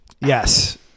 Yes